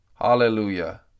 Hallelujah